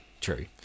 true